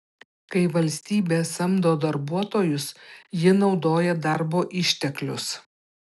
kai valstybė samdo darbuotojus ji naudoja darbo išteklius